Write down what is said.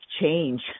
change